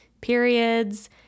periods